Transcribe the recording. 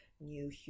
new